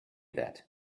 that